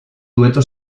dueto